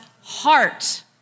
heart